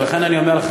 ולכן אני אומר לך,